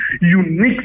unique